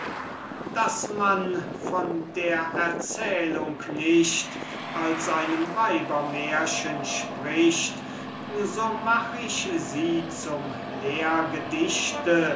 daß man von der erzählung nicht als einem weibermärchen spricht so mach ich sie zum